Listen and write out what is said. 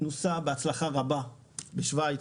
שיושם בהצלחה רבה בשוויץ,